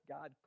God